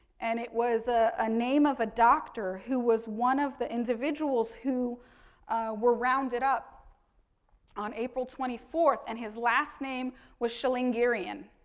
and, it was ah a name of a doctor who was one of the individuals who were rounded up on april twenty fourth, and his last name was chilingarian.